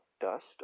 dust